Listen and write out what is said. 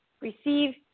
receive